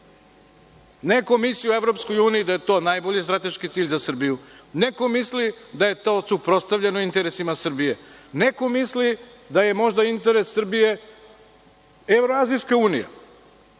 Neko misli o Evropskoj uniji da je to najbolji strateški cilj za Srbiju, neko misli da je to suprotstavljeno interesima Srbije. Neko misli da je možda interes Srbije Evroazijska unija. Ali